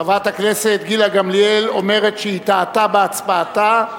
חברת הכנסת גילה גמליאל אומרת שהיא טעתה בהצבעתה,